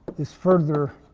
is further